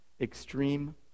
extreme